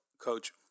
coach